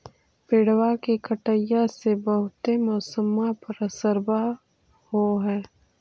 पेड़बा के कटईया से से बहुते मौसमा पर असरबा हो है?